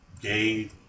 gay